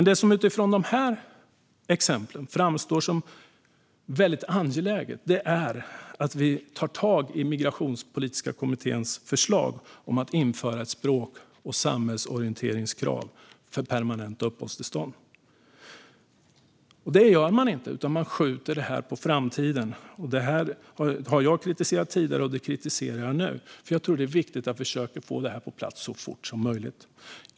Det som utifrån de här exemplen framstår som väldigt angeläget är att vi tar tag i den migrationspolitiska kommitténs förslag om att införa ett språk och samhällsorientringskrav för permanent uppehållstillstånd. Man gör inte det, utan man skjuter det på framtiden. Det har jag kritiserat tidigare, och jag kritiserar det nu. Jag tror att det är viktigt att vi försöker få det här på plats så fort som möjligt.